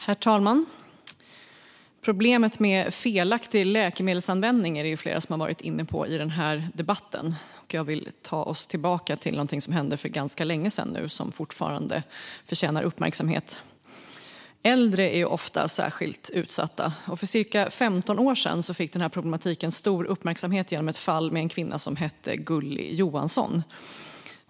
Herr talman! Problemet med felaktig läkemedelsanvändning har flera varit inne på i debatten. Jag vill ta oss tillbaka till något som hände för ganska länge sedan, men som fortfarande förtjänar uppmärksamhet. Äldre är ofta särskilt utsatta. För cirka 15 år sedan fick problematiken stor uppmärksamhet genom ett fall med en kvinna som hette Gulli Johansson.